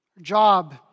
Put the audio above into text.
job